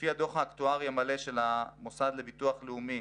לפי הדוח האקטוארי המלא של המוסד לביטוח לאומי